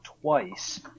twice